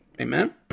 amen